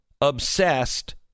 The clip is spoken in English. obsessed